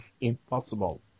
impossible